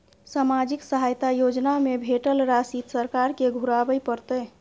सामाजिक सहायता योजना में भेटल राशि सरकार के घुराबै परतै?